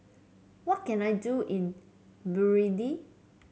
what can I do in Burundi